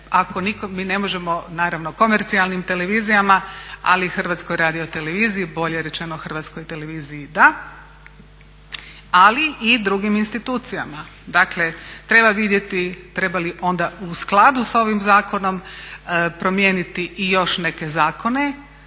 nikog mi ne možemo, naravno komercijalnim televizijama ali i Hrvatskoj radioteleviziji bolje rečeno Hrvatskoj televiziji da ali i drugim institucijama. Dakle, treba vidjeti treba li onda u skladu sa ovim zakonom promijeniti i još neke zakone,